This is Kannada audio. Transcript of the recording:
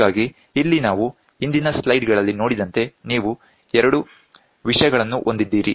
ಹಾಗಾಗಿ ಇಲ್ಲಿ ನಾವು ಹಿಂದಿನ ಸ್ಲೈಡ್ ಗಳಲ್ಲಿ ನೋಡಿದಂತೆ ನೀವು ಎರಡು ವಿಷಯಗಳನ್ನು ಹೊಂದಿದ್ದೀರಿ